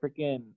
freaking